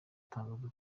atangaza